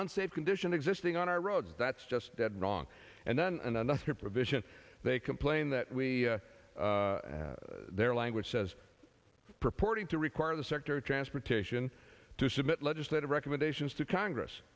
unsafe condition existing on our roads that's just dead wrong and then another provision they complain that we their language says purporting to require the sector transportation to submit legislative recommendations to congress